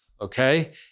okay